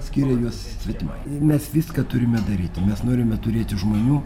skiria juos svetimai ir mes viską turime daryti mes norime turėti žmonių